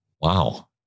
Wow